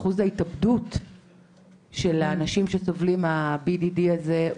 אחוז ההתאבדות של האנשים שסובלים מ-BDD הוא